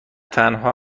تنها